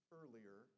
earlier